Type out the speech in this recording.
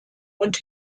und